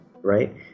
right